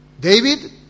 David